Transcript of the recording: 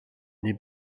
les